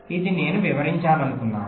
ఇది నేను వివరించాలనుకునున్నాను